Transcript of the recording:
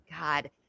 God